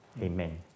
amen